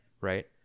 right